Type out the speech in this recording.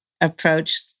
approach